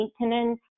maintenance